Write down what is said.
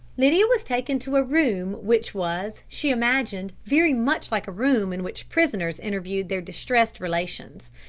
lydia was taken to a room which was, she imagined, very much like a room in which prisoners interviewed their distressed relations.